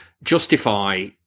Justify